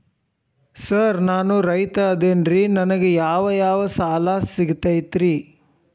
Sir ನಾನು ರೈತ ಅದೆನ್ರಿ ನನಗ ಯಾವ್ ಯಾವ್ ಸಾಲಾ ಸಿಗ್ತೈತ್ರಿ?